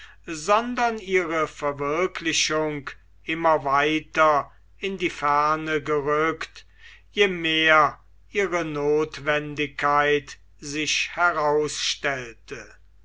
sondern ihre verwirklichung immer weiter in die ferne gerückt je mehr ihre notwendigkeit sich herausstellte